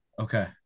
Okay